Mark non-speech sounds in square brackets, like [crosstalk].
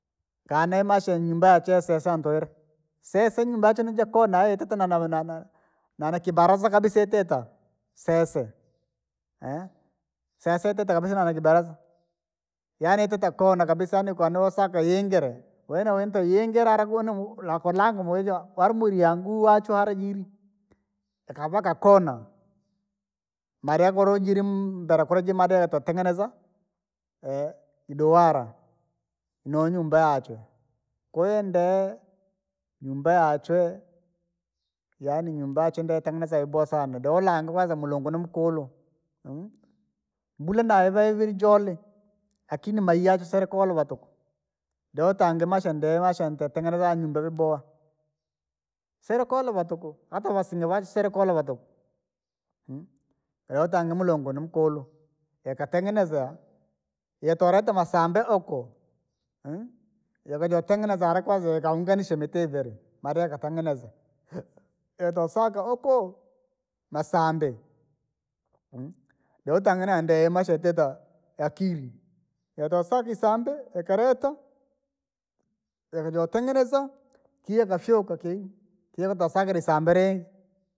Kaane maisha ya nyumba chee se sandwele, sesee nyumba yaachu ni kiona yatitee hee sesee yatitee nanana nana kabalaza kabisa yetita, sese [hesitation] sese yatite kabisa nana kibaraza, yaani yatite koona kabisa yaani kunousaka yiingire, koona wintu yookingira alalakuno lakulanga muija muniyangu waachu hara jeirya, yakavakaa koona, maakuwa jeerya maa yototengeneza, [hesitation] iduwara, noo nyumba yaachwe. Kwahiyo ndee nyumba yaachu, yaani nyumba ndeutengeneza vyaboowa saana dee ulange kwanza mulungu ni mukuula, [hesitation] mbula maa ivayee joule, lakini mayi yaachu siyani kuolovaa tukuu, dee utange maisha dee maisha ndee itenengeneza nyumba vyaboowa. Siri koolova tukuu, ata vasinga vale koolova tuku, [hesitation] kayautange mulungu ni mukulu, yakatengeneza, yokoretaa masambe ukoo, [hesitation] yokejotengeneza hara jeeniya kwanza yakaunganisha tangaa miti ivene maa dee ikatengeneza. [noise] yoketosaka ukoo! Masambee, [hesitation] dee utange na ndee maisha jatitee akiri, jotosaka isambe akeo jikareta. ikajotengeza, kii yakafyuka kii, yo yootosaka isambe ringii.